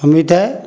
କମି ଥାଏ